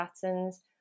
patterns